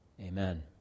amen